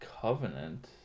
Covenant